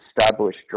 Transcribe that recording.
established